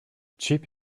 cheap